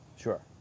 Sure